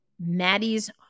Maddie's